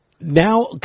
now